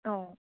অঁ